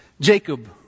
Jacob